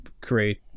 create